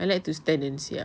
I like to stand and siap